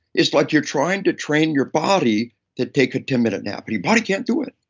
it's like you're trying to train your body to take a ten minute nap. your body can't do it.